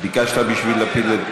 ביקשת בשביל לפיד.